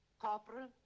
Corporal